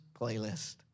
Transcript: playlist